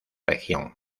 región